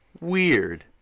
weird